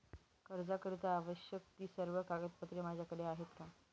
कर्जाकरीता आवश्यक ति सर्व कागदपत्रे माझ्याकडे आहेत का?